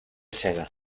cega